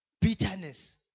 Bitterness